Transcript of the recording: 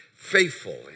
Faithful